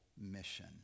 mission